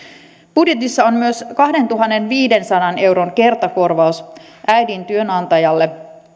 budjetissa on myös kahdentuhannenviidensadan euron kertakorvaus äidin työnantajalle